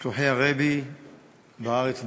שלוחי הרבי בארץ ובעולם,